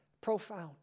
profound